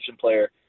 player